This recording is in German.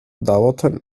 dauerten